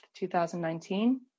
2019